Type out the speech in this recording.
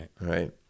right